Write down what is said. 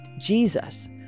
Jesus